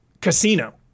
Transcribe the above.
Casino